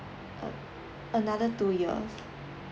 a~ another two years